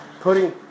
putting